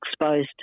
exposed